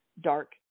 dark